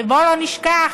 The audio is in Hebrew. ובואו לא נשכח